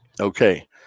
Okay